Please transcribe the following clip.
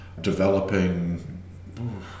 Developing